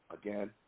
again